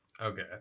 okay